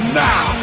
now